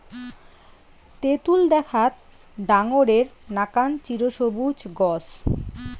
তেতুল দ্যাখ্যাত ডাঙরের নাকান চিরসবুজ গছ